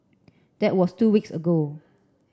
that was two weeks ago